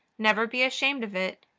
never be ashamed of it,